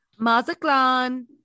Mazaklan